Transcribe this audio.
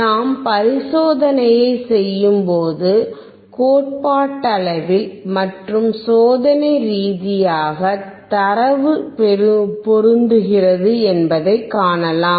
நாம் பரிசோதனையைச் செய்யும்போது கோட்பாட்டளவில் மற்றும் சோதனை ரீதியாக தரவு பொருந்துகிறது என்பதைக் காணலாம்